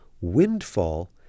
windfall